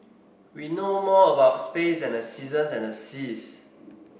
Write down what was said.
we know more about space than the seasons and the seas